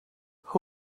who